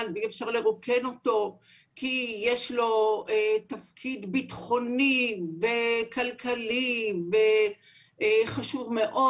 ואי אפשר לרוקן אותו כי יש לו תפקיד ביטחוני וכלכלי חשוב מאוד,